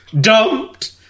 dumped